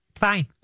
Fine